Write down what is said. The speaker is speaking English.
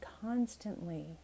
constantly